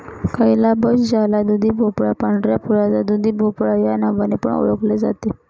calabash ज्याला दुधीभोपळा, पांढऱ्या फुलाचा दुधीभोपळा या नावाने पण ओळखले जाते